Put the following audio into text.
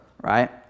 right